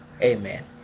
Amen